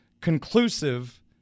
conclusive